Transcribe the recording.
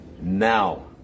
now